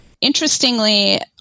interestingly